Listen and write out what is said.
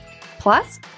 Plus